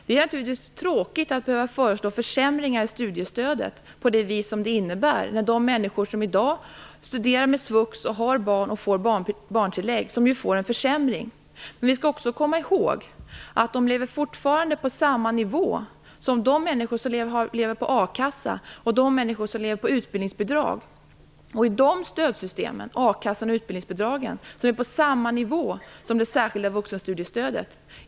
Det är naturligtvis tråkigt att behöva föreslå de försämringar i studiestödet som detta innebär för dem som studerar och har svux och får barntillägg. Men vi skall också komma ihåg att de fortfarande kommer att leva på samma nivå som de människor som lever på a-kassa och de som lever på utbildningsbidrag. A kassan och utbildningsbidraget ligger på samma nivå som det särskilda vuxenstudiestödet.